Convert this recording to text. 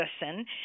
medicine